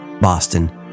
Boston